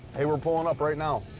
hey, we're pulling up right now.